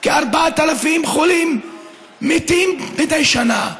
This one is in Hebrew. כי 4,000 חולים מתים מדי שנה,